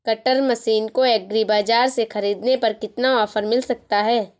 Cutter machine को agri बाजार से ख़रीदने पर कितना ऑफर मिल सकता है?